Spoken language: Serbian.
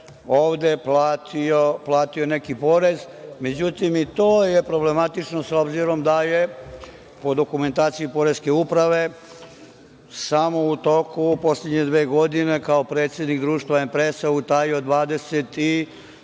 ovde platio neki porez. Međutim, i to jeproblematično, s obzirom da je po dokumentaciji Poreske uprave, samo u toku poslednje dve godine, kao predsednik društva „Empresa“ utajio 23